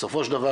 בסופו של דבר,